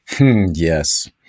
Yes